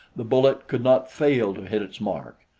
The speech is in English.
the bullet could not fail to hit its mark!